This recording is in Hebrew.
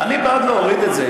אני בעד להוריד את זה,